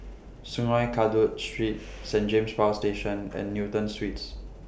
Sungei Kadut Street Saint James Power Station and Newton Suites